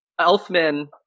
Elfman